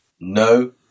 no